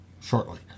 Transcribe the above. shortly